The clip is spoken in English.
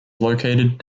located